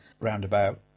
roundabout